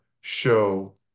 show